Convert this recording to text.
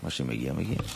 מה שמגיע מגיע.